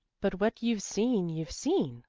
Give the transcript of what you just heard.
but what you've seen, you've seen,